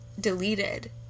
deleted